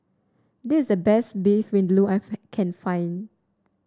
this is the best Beef Vindaloo I've can find